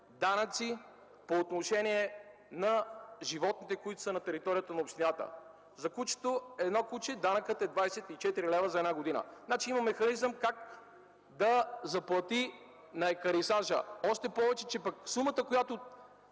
данъци по отношение на животните, които са на територията на общината. За едно куче данъкът е 24 лв. за една година – значи, има механизъм как да заплати на екарисажа. Още повече, че сумата за